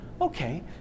Okay